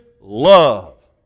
love